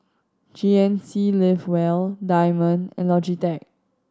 G N C Live Well Diamond and Logitech